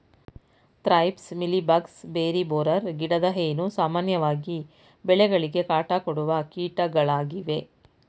thrips, mealy bugs, berry borer, ಗಿಡದ ಹೇನು, ಸಾಮಾನ್ಯವಾಗಿ ಬೆಳೆಗಳಿಗೆ ಕಾಟ ಕೊಡುವ ಕೀಟಗಳಾಗಿವೆ